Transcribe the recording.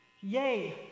Yay